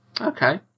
okay